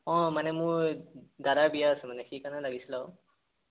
অঁ মানে মোৰ এই দাদাৰ বিয়া আছে মানে সেইকাৰণে লাগিছিল আৰু